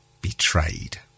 Betrayed